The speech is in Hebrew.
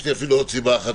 יש לי אפילו עוד סיבה אחת,